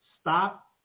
stop